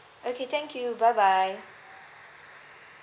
okay thank you bye bye